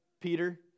Peter